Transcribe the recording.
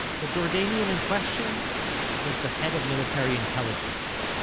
the jordanian in question was the head of military intelligence.